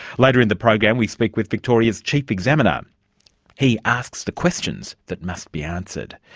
later in the program we speak with victoria's chief examiner he asks the questions that must be answered.